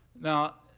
now,